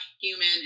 human